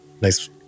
nice